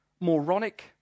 moronic